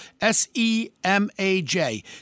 S-E-M-A-J